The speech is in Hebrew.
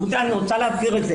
אני רוצה להבהיר את זה